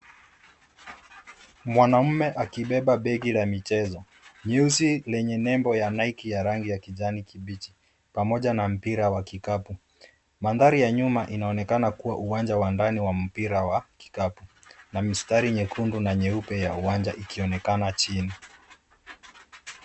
Mwanaume akibeba begi la michezo, nyeusi lenye nembo ya Nike ya rangi ya kijani kibichi pamoja na mpira wa kikapu. Mandhari ya nyuma inaonekana kuwa uwanja wa ndani wa mpira wa kikapu na mistari nyekundu na nyeupe ya uwanja ikionekana chini.